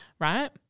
right